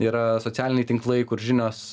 yra socialiniai tinklai kur žinios